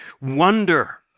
wonder